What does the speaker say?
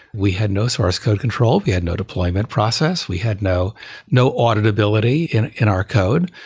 we had no source code control. we had no deployment process. we had no no auditability in in our code.